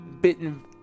bitten